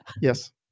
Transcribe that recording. Yes